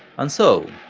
and so,